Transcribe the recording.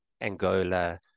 Angola